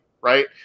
right